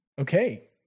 okay